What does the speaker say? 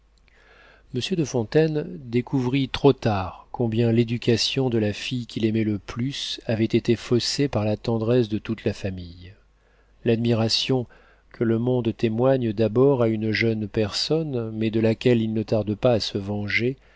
de fontaine découvrit trop tard combien l'éducation de la fille qu'il aimait le plus avait été faussée par la tendresse de toute la famille l'admiration que le monde témoigne d'abord à une jeune personne mais de laquelle il ne tarde pas à se venger